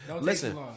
listen